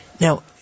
Now